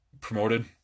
promoted